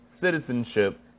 citizenship